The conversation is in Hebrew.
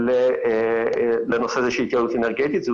מעבר לתועלות העצומות גם